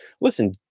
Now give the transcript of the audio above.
Listen